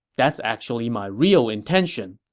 that's actually my real intention.